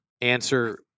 answer